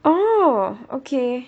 oh okay